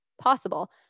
possible